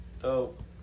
Dope